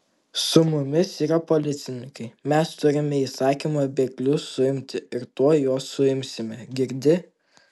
su mumis yra policininkai mes turime įsakymą bėglius suimti ir tuoj juos suimsime girdi